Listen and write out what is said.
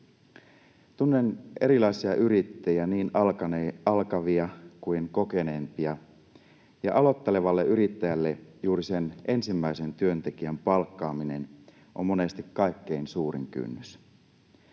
Tunnen erilaisia yrittäjiä, niin alkavia kuin kokeneempia, ja aloittelevalle yrittäjälle juuri sen ensimmäisen työntekijän palkkaaminen on monesti kaikkein suurin kynnys.